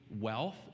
wealth